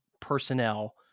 personnel